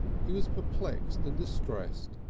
he was perplexed and distressed,